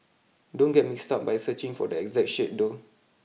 don't get mixed up by searching for the exact shade though